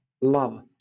love